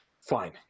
fine